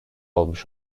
olmuş